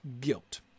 guilt